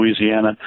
Louisiana